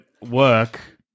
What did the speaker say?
work